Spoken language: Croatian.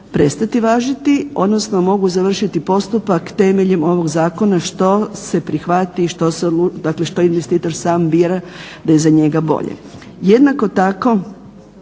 prestati važiti, odnosno mogu završiti postupak temeljem ovog zakona što se prihvati, što se odluči, dakle što investitor sam bira da je za njega bolje. Jednako tako